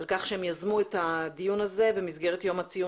על כך שהם יזמו את הדיון הזה במסגרת יום הציון